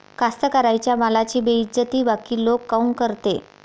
कास्तकाराइच्या मालाची बेइज्जती बाकी लोक काऊन करते?